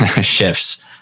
shifts